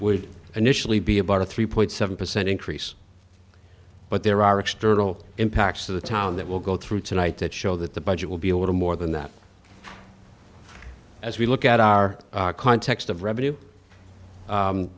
would initially be about a three point seven percent increase but there are external impacts of the town that will go through tonight that show that the budget will be a little more than that as we look at our context of revenue